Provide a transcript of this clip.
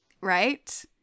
right